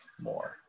more